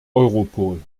europol